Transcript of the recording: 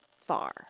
far